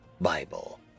Bible